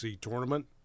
tournament